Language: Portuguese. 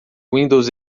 windows